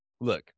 Look